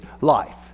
life